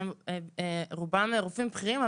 שהם רובם רופאים בכירים,